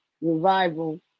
Revival